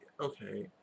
Okay